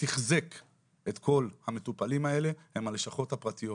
ותחזק את כל המטופלים האלה הם הלשכות הפרטיות.